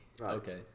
Okay